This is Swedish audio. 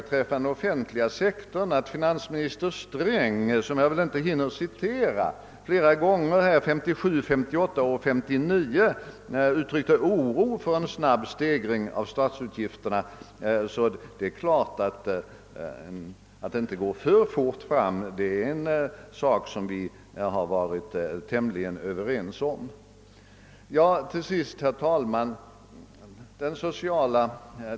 Beträffande den offentliga sektorn vill jag tillägga att finansminister Sträng, som jag väl inte hinner citera, flera gånger 1957, 1958 och 1959 uttryckte oro för en snabb stegring av statsutgifterna. Att den inte bör gå för fort är alltså en sak som vi i princip har varit tämligen ense om.